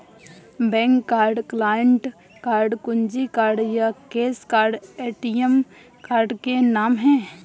bank card, client card, कुंजी card या cash card ATM card के नाम है